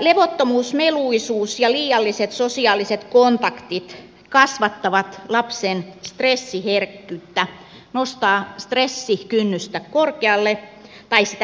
levottomuus meluisuus ja liialliset sosiaaliset kontaktit kasvattavat lapsen stressiherkkyyttä nostavat